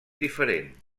diferent